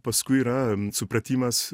paskui yra supratimas